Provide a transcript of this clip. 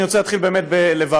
אני רוצה להתחיל באמת בלברך,